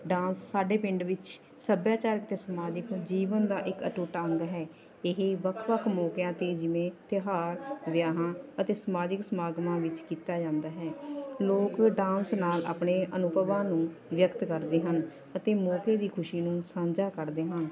dance ਸਾਡੇ ਪਿੰਡ ਵਿੱਚ ਸੱਭਿਆਚਾਰਕ ਅਤੇ ਸਮਾਜਿਕ ਜੀਵਨ ਦਾ ਇੱਕ ਅਟੁੱਟ ਅੰਗ ਹੈ ਇਹ ਵੱਖ ਵੱਖ ਮੌਕਿਆਂ 'ਤੇ ਜਿਵੇਂ ਤਿਉਹਾਰ ਵਿਆਹਾਂ ਅਤੇ ਸਮਾਜਿਕ ਸਮਾਗਮਾਂ ਵਿੱਚ ਕੀਤਾ ਜਾਂਦਾ ਹੈ ਲੋਕ ਡਾਂਸ ਨਾਲ ਆਪਣੇ ਅਨੁਭਵਾਂ ਨੂੰ ਵਿਅਕਤ ਕਰਦੇ ਹਨ ਅਤੇ ਮੌਕੇ ਦੀ ਖੁਸ਼ੀ ਨੂੰ ਸਾਂਝਾ ਕਰਦੇ ਹਨ